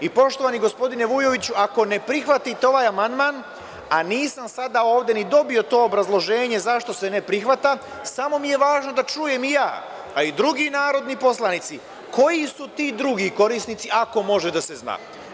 Poštovani gospodine Vujoviću, ako ne prihvatite ovaj amandman, a nisam sada ovde ni dobio to obrazloženje zašto se ne prihvata, samo mi je važno da čujem ja, a i drugi narodni poslanici, koji su to ti drugi korisnici, ako može da se zna?